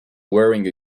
wearing